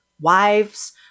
wives